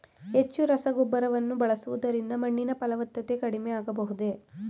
ಹೆಚ್ಚು ರಸಗೊಬ್ಬರವನ್ನು ಬಳಸುವುದರಿಂದ ಮಣ್ಣಿನ ಫಲವತ್ತತೆ ಕಡಿಮೆ ಆಗಬಹುದೇ?